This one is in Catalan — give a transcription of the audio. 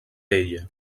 ella